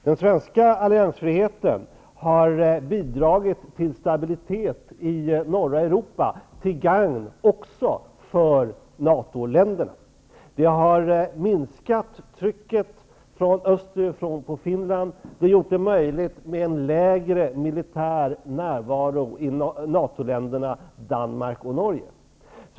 Den svenska alliansfriheten har bidragit till stabilitet i norra Europa till gagn också för NATO länderna. Det har minskat trycket österifrån på Finland. Det har gjort det möjligt med en lägre militär närvaro i NATO-länderna Danmark och Norge.